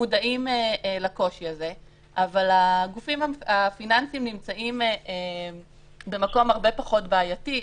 מודעים לקושי הזה אבל הגופים הפיננסיים נמצאים במקום הרבה פחות בעייתי.